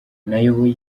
nayoboye